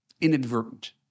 inadvertent